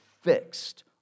fixed